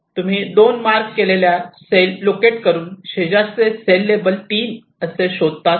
तुम्ही 2 मार्क केलेल्या cell locate करून शेजारचे सेल लेबल 3 असे शोधतात